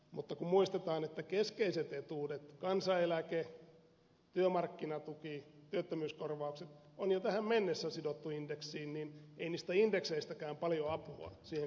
mutta kun muistetaan että keskeiset etuudet kansaneläke työmarkkinatuki työttömyyskorvaukset on jo tähän mennessä sidottu indeksiin niin ei niistä indekseistäkään paljon apua siihen kompensaatioon löydy